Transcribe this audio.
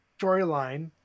storyline